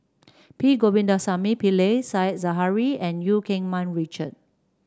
P Govindasamy Pillai Said Zahari and Eu Keng Mun Richard